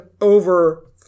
over